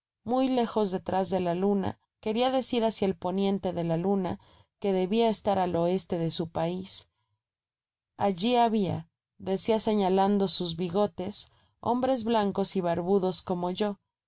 muy lejos detrás de la luna queria decir hácia el poniente de la luna que debia estar al oeste de su pais alli habia decia señalando mis vigotes hombres blancos y barbudos como yo